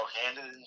handed